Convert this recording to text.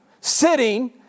sitting